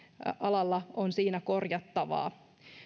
alalla on siinä korjattavaa